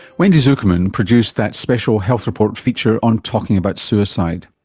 wendy zukerman produced that special health report feature on talking about suicide.